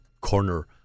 corner